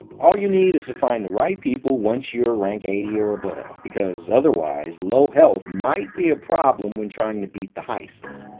all you need is to find the right people once you're rank eighty or above because otherwise low health might be a problem when trying to beat the heists.